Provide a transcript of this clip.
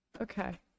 okay